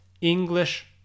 English